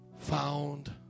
found